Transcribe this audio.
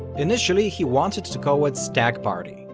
initially, he wanted to call it stag party,